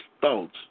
thoughts